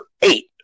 eight